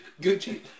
Gucci